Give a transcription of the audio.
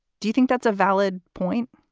do you think that's a valid point?